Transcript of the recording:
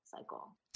cycle